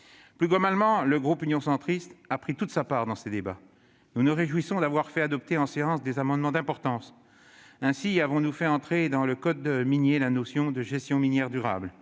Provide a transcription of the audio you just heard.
Plus globalement, le groupe UC a pris toute sa part dans ce débat. Nous nous réjouissons d'avoir fait adopter en séance des amendements d'importance. Nous avons ainsi fait entrer dans le code minier la notion de « gestion minière durable